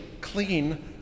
clean